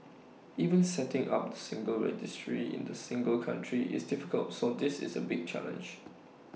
even setting up single registry in the single country is difficult so this is A big challenge